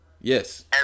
Yes